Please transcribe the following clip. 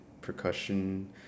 percussion